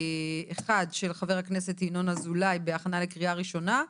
1. של חבר הכנסת ינון אזולאי בהכנה לקריאה ראשונה,